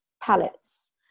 palettes